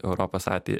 europos atei